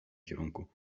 kierunku